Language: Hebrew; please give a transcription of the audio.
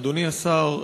אדוני השר,